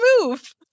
move